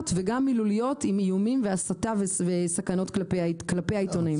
וגם מילוליות עם איומים והסתה וסכנות כלפי העיתונאים.